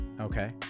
okay